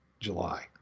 July